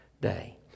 day